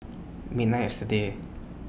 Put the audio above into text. midnight yesterday